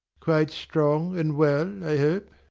quite strong and well, i hope?